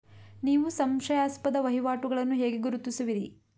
ನೀವು ಸಂಶಯಾಸ್ಪದ ವಹಿವಾಟುಗಳನ್ನು ಹೇಗೆ ಗುರುತಿಸುವಿರಿ?